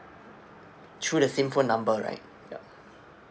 through the same for number right yup